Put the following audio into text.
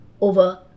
over